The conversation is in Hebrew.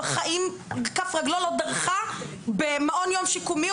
בחיים כף רגלו לא דרכה במעון יום שיקומי,